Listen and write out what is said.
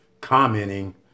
commenting